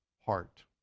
heart